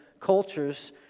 cultures